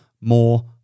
more